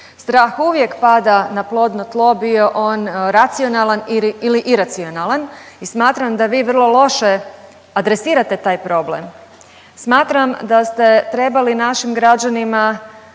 Strah uvijek pada na plodno tlo, bio on racionalan ili iracionalan i smatram da vi vrlo loše adresirate taj problem. Smatram da ste trebali našim građanima